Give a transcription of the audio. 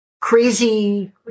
crazy